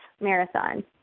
marathon